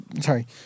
sorry